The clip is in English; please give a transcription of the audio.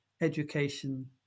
education